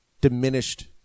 diminished